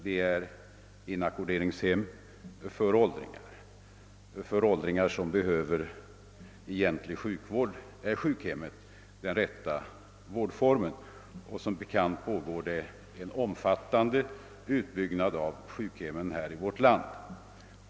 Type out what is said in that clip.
De är inackorderingshem för åldringar. För gamla människor som behöver sjukvård i egentlig mening är intagning på sjukhem den rätta vårdformen. Som bekant pågår också en omfattande utbyggnad av sjukhemmen i vårt land.